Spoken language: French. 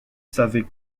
savait